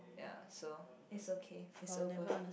ya so it's okay it's over